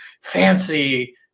fancy